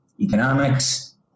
economics